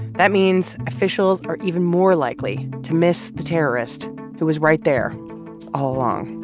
that means officials are even more likely to miss the terrorist who was right there all along